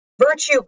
virtue